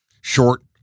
Short